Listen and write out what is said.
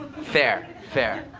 fair. fair,